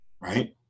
right